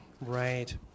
Right